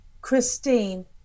Christine